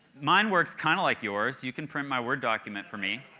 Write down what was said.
mine works kind of like yours. you can print my word document for me.